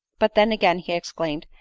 but then again he exclaimed,